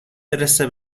برسه